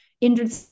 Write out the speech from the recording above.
injured